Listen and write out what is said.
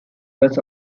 was